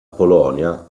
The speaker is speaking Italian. polonia